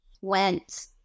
went